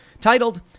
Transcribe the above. titled